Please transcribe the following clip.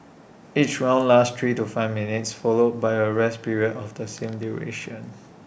each round lasts three to five minutes followed by A rest period of the same duration